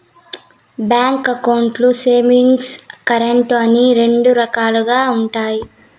bank అకౌంట్లు savings, current అని రెండు రకాలుగా ఉంటాయి